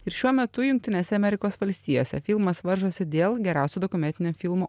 ir šiuo metu jungtinėse amerikos valstijose filmas varžosi dėl geriausio dokumentinio filmo